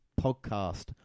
podcast